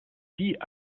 sie